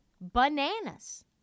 bananas